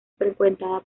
frecuentada